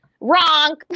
Wrong